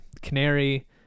canary